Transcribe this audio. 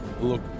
look